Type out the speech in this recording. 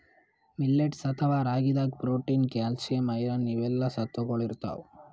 millets ಅಥವಾ ರಾಗಿದಾಗ್ protein, calcium, iron ಇವೆಲ್ಲಾ ಸತ್ವಗೊಳ್ ಇರ್ತವ್